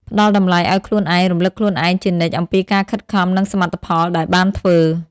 ផ្តល់តម្លៃឲ្យខ្លួនឯង រំលឹកខ្លួនឯងជានិច្ចអំពីការខិតខំ និងសមិទ្ធផលដែលបានធ្វើ។